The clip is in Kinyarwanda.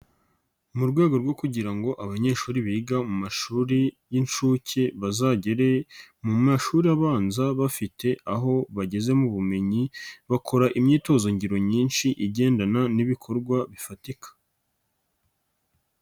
Mu rwego rwo kugira ngo abanyeshuri biga mu mashuri y'inshuke bazagere mu mashuri abanza bafite aho bageze mu bumenyi bakora imyitozo ngiro myinshi igendana n'ibikorwa bifatika.